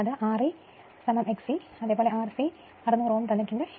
Re Xe R c നൽകിയ 600 ohm